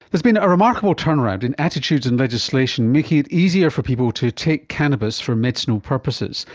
there's been a remarkable turnaround in attitudes and legislation making it easier for people to take cannabis for medicinal purposes,